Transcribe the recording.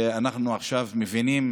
ואנחנו מבינים